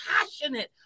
passionate